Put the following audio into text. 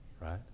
right